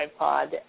iPod